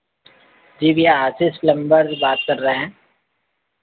जी जी आशीष प्लम्बर बात कर रहे हैं